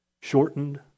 shortened